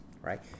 right